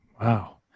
Wow